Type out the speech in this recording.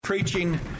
Preaching